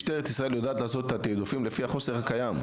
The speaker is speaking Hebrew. משטרת ישראל יודעת לעשות את התעדופים לפי החוסר הקיים.